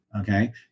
okay